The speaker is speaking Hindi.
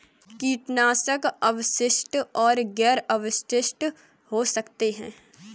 कीटनाशक अवशिष्ट और गैर अवशिष्ट हो सकते हैं